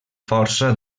força